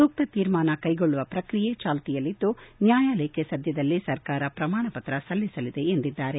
ಸೂಕ್ತ ತೀರ್ಮಾನ ಕೈಗೊಳ್ಳುವ ಪ್ರಕ್ರಿಯೆ ಚಾಲ್ತಿಯಲ್ಲಿದ್ದು ನ್ಕಾಯಾಲಯಕ್ಕೆ ಸದ್ಯದಲ್ಲೇ ಸರಕಾರ ಪ್ರಮಾಣ ಪತ್ರ ಸಲ್ಲಿಸಲಿದೆ ಎಂದಿದ್ದಾರೆ